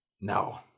no